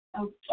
Okay